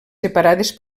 separades